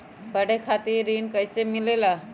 पढे खातीर ऋण कईसे मिले ला?